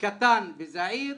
קטן וזעיר,